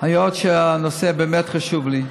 היות שהנושא מאוד חשוב לי,